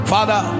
Father